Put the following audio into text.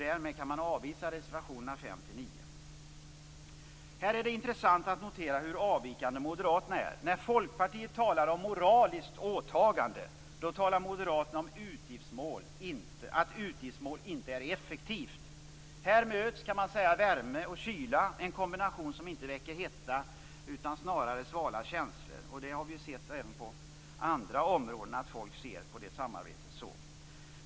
Därmed kan reservationerna 5-9 Det är här intressant att notera hur avvikande Moderaternas inställning är. När Folkpartiet talar om moraliskt åtagande talar Moderaterna om att utgiftsmål inte är effektiva. Man kan säga: Här möts värme och kyla, en kombination som inte väcker hetta utan snarare svala känslor. Vi har även på andra områden funnit att folk ser så på detta samarbete.